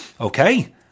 Okay